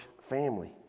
family